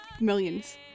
millions